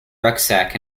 rucksack